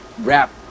rap